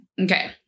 Okay